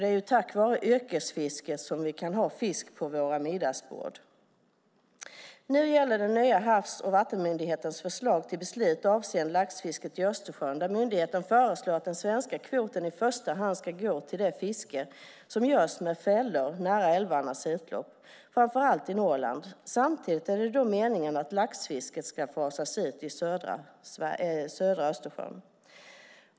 Det är tack vara yrkesfisket som vi kan ha fisk på våra middagsbord. Nu gäller det den nya Havs och vattenmyndighetens förslag till beslut avseende laxfisket i Östersjön. Myndigheten föreslår att den svenska kvoten i första hand går till fiske med fällor nära älvarnas utlopp, framför allt i Norrland. Samtidigt är det meningen att laxfisket ska fasas ut i södra Östersjön.